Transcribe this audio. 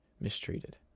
mistreated